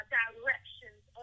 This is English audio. directions